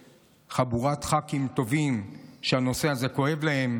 חבורת ח"כים טובים שהנושא הזה כואב להם.